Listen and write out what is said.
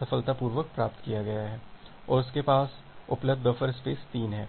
सफलतापूर्वक प्राप्त किया गया है और इसके पास उपलब्ध बफर स्पेस 3 है